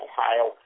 Ohio